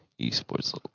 esports